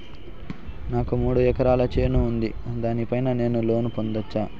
నాకు మూడు ఎకరాలు చేను ఉంది, దాని పైన నేను లోను పొందొచ్చా?